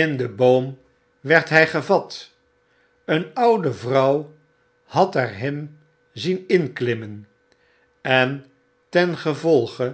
in l den boom werd hy gevat een oude vrouw had er hem zien inklimmen en ten gevolge